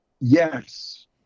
Yes